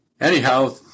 Anyhow